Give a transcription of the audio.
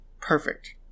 Perfect